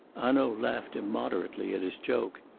hanaud laughed immoderately at his joke.